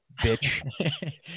bitch